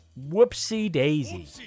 whoopsie-daisy